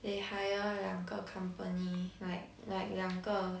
they hire 两个 company like like 两个